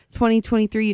2023